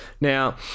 now